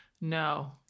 no